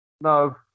No